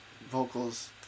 vocals